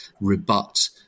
Rebut